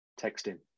Texting